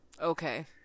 Okay